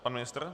Pan ministr?